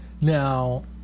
Now